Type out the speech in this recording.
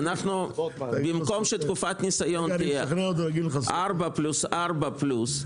במקום שתקופת הניסיון תהיה 4 פלוס 4 פלוס,